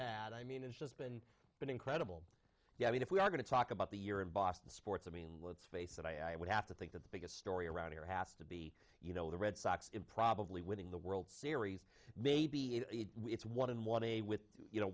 had i mean it's but incredible yeah i mean if we are going to talk about the year in boston sports i mean let's face it i would have to think that the biggest story around here has to be you know the red sox in probably winning the world series maybe it's one more day with you know